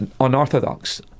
unorthodox